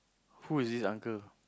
who is this uncle